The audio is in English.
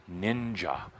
ninja